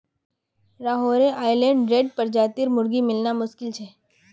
Rhode Island Red प्रजातिर मुर्गी मिलना मुश्किल छ